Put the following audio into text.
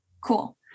Cool